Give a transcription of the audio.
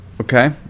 Okay